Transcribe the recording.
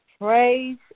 praise